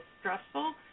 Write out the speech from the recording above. stressful